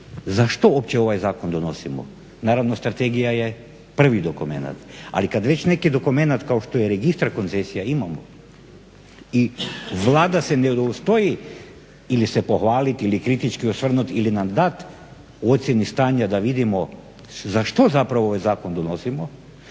za što uopće ovaj zakon donosimo. Naravno strategija je prvi dokument, ali kad već neki dokument kao što je Registar koncesija imamo i Vlada se ne udostoji ili se pohvalit ili kritički osvrnut ili nam dati u ocjeni stanja da vidimo za što zapravo ovaj zakon donosimo,